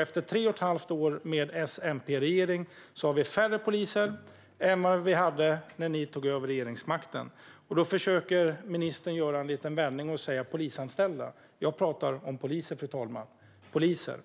Efter tre och ett halvt år med S-MP-regering har vi färre poliser än vi hade när den tog över regeringsmakten. Då försöker ministern göra en liten vändning och säga "polisanställda". Jag talar om poliser, fru talman. Varken